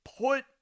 put